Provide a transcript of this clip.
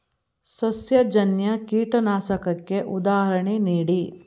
ಸಸ್ಯಜನ್ಯ ಕೀಟನಾಶಕಕ್ಕೆ ಉದಾಹರಣೆ ನೀಡಿ?